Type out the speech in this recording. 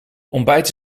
ontbijt